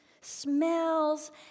smells